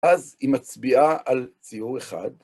אז, היא מצביעה על ציור אחד,